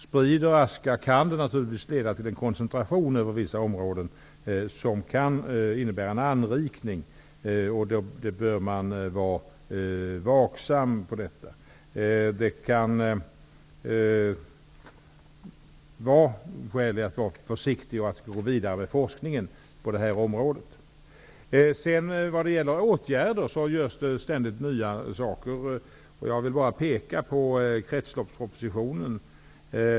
Spridning av aska kan naturligtvis leda till en koncentration till vissa områden, och det kan innebära en anrikning. Man bör vara vaksam i detta avseende. Det kan alltså finnas skäl att vara försiktig och att gå vidare med forskningen på detta område. Vad gäller frågan om åtgärder så görs det ständigt nya insatser. Jag vill bara peka på kretsloppspropositionen.